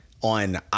on